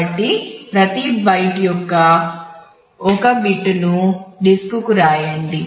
కాబట్టి ప్రతి బైట్ యొక్క I బిట్ ను డిస్కుకు రాయండి